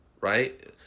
right